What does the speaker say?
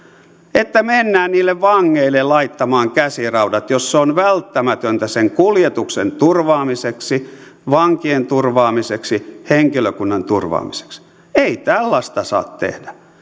että mennään niille vangeille laittamaan käsiraudat jos se on välttämätöntä sen kuljetuksen turvaamiseksi vankien turvaamiseksi henkilökunnan turvaamiseksi ei tällaista saa tehdä